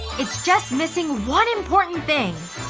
it's just missing one important thing.